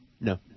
No